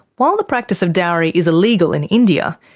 while the practice of dowry is illegal in india,